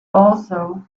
also